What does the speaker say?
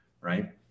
right